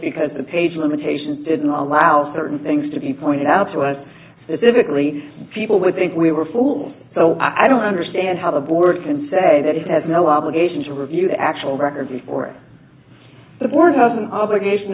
because the page limitations didn't allow certain things to be pointed out to us as if it really people would think we were fools so i don't understand how the board can say that it has no obligation to review the actual record before it the board has an obligation